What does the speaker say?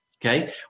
Okay